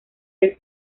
del